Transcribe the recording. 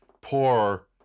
poor